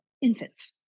infants